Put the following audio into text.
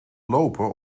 lopen